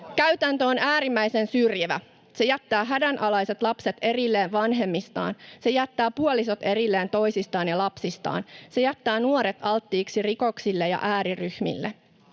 Käytäntö on äärimmäisen syrjivä. Se jättää hädänalaiset lapset erilleen vanhemmistaan. Se jättää puolisot erilleen toisistaan ja lapsistaan. Se jättää nuoret alttiiksi rikoksille ja ääriryhmille.